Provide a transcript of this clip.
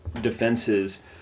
defenses